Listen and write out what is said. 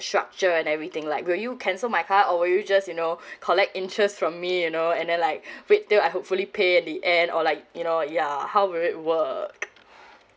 structure and everything like will you cancel my card will you just you know collect interests from me you know and then like wait till I hopefully pay at the end or like you know ya how will it work